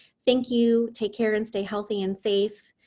thank you. take care and stay healthy and safe,